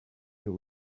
you